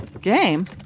Game